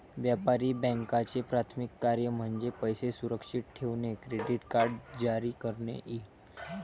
व्यापारी बँकांचे प्राथमिक कार्य म्हणजे पैसे सुरक्षित ठेवणे, क्रेडिट कार्ड जारी करणे इ